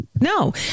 no